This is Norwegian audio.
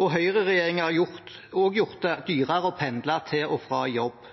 og høyreregjeringen har også gjort det dyrere å pendle til og fra jobb.